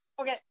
Okay